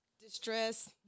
distress